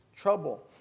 Trouble